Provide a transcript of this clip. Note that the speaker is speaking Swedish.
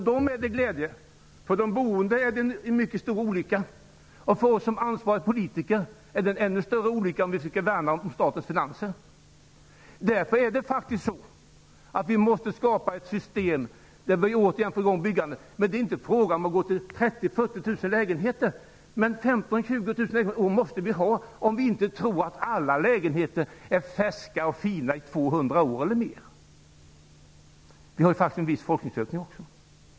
Men för de boende är det en mycket stor olycka, och för oss som ansvariga politiker är det en ännu större olycka, om vi vill värna om statens finanser. Därför måste vi skapa ett system där vi återigen kan få i gång byggandet. Det är inte fråga om att bygga 30 000-40 000 lägenheter, men 15 000-20 000 måste vi ha om vi inte tror att alla lägenheter är färska och fina i 200 år eller mer. Vi har ju faktiskt en viss befolkningsökning också.